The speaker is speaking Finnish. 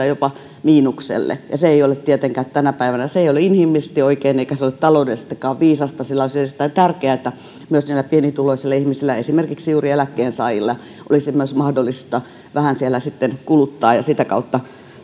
jopa miinukselle ja se ei ole tietenkään tänä päivänä inhimillisesti oikein eikä se ole taloudellisestikaan viisasta sillä olisi erittäin tärkeätä että myös näillä pienituloisilla ihmisillä esimerkiksi juuri eläkkeensaajilla olisi mahdollista vähän siellä sitten kuluttaa ja sitä kautta